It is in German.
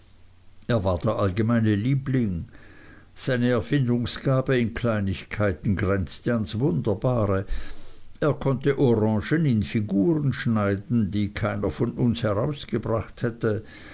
er war der allgemeine liebling seine erfindungsgabe in kleinigkeiten grenzte ans wunderbare er konnte orangen in figuren schneiden die keiner von uns herausgebracht hätte